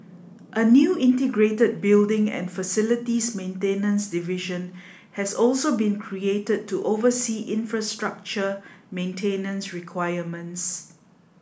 a new integrated building and facilities maintenance division has also been created to oversee infrastructure maintenance requirements